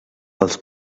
els